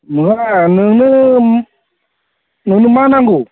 नङा नोङो नोंनो मा नांगौ